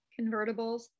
convertibles